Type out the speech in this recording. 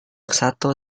sato